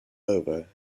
over